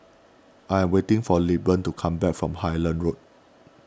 I am waiting for Lilburn to come back from Highland Road